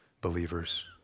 believers